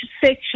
section